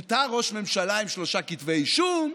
מותר ראש ממשלה עם שלושה כתבי אישום.